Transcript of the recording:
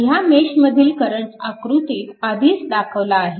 ह्या मेशमधील करंट आकृतीत आधीच दाखवला आहे